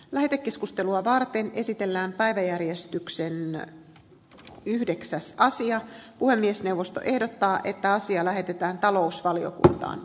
lähetekeskustelua varten esitellään päiväjärjestykseen noin yhdeksänsataa siian puhemiesneuvosto ehdottaa että asia lähetetään talousvaliokuntaan